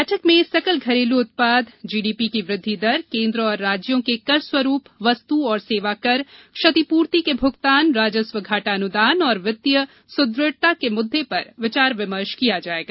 बैठक में सकल घरेलू उत्पाद जीडीपी की यृद्धि दर केन्द्र और राज्यों के कर स्वरूप वस्तु तथा सेवा कर क्षतिपूर्ति के भुगतान राजस्व घाटा अनुदान और वित्तीय सुदृढ़ता के मुद्दे पर विचार विमर्श किया जाएगा